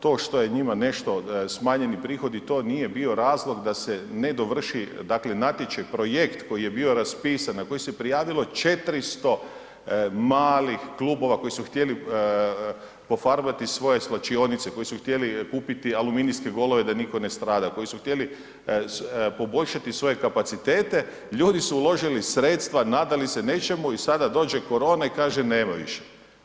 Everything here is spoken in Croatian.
To što je njima nešto smanjeni prihodi to nije bio razlog da se ne dovrši dakle natječaj, projekt koji je bio raspisan na koji se prijavilo 400 malih klubova koji su htjeli pofarbati svoje svlačionice, koji su htjeli kupiti aluminijske golove da nitko ne strada, koji su htjeli poboljšati svoje kapacitete, ljudi su uložili sredstva nadali se nečemu i sada dođe korona i kaže nema više.